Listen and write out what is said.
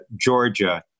Georgia